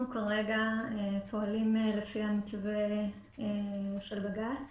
אנחנו כרגע פועלים לפי המתווה של בג"ץ